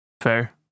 Fair